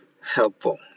helpful